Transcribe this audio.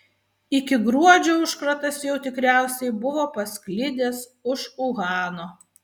iki gruodžio užkratas jau tikriausiai buvo pasklidęs už uhano